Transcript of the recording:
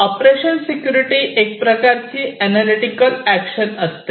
operation security एक प्रकारची analytical action असते